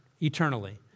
eternally